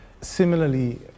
similarly